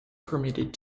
permitted